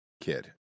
Kid